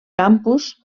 campus